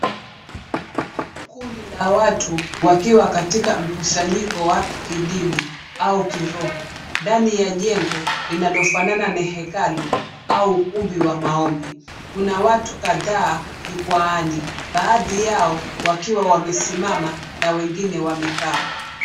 Kundi la watu wakiwa katika mkusanyiko wa kidini au kiroho, ndani ya jengo linalofanana na hekalu au ukumbi wa maombi, kuna watu kadhaa jukwaani baadhi yao wakiwa wamesimama na wengine wamekaa.